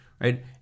right